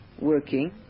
working